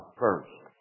first